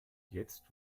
jetzt